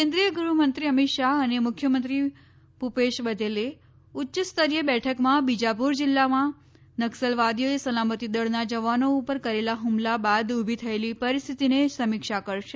કેન્દ્રિય ગૃહમંત્રી અમિતશાહ અને મુખ્યમંત્રી ભૂપેશ બઘેલ ઉચ્ય સ્તરીય બેઠકમાં બીજાપુર જિલ્લામાં નક્સલવાદીઓએ સલામતી દળના જવાનો ઉપર કરેલા ફૂમલા બાદ ઉભી થયેલી પરિસ્થિતિની સમીક્ષા કરશે